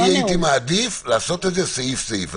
אני הייתי מעדיף לעשות את זה סעיף-סעיף.